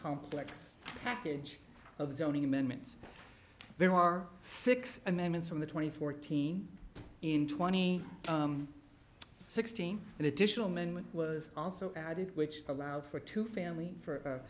complex package of zoning amendments there are six amendments from the twenty fourteen in twenty sixteen an additional moment was also added which allowed for two family for